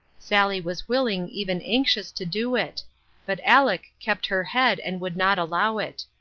sally was willing, even anxious, to do it but aleck kept her head and would not allow it.